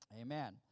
Amen